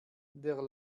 der